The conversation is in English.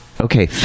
Okay